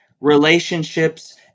relationships